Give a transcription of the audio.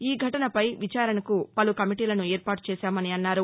ఈ ఘటనపై విచారణకు పలు కమిటీలను ఏర్పాటుచేశామన్నారు